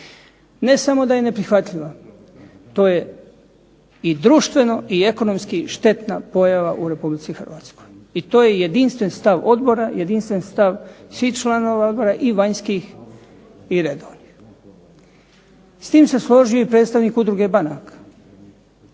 Ne samo da je neprihvatljiva. To je i društveno i ekonomski štetna pojava u Republici Hrvatskoj i to je jedinstven stav odbora, jedinstven stav svih članova odbora i vanjskih i redovnih. S tim se složio i predstavnik udruge banaka,